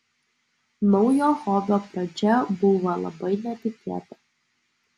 naujo hobio pradžia būva labai netikėta